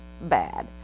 bad